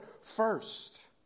first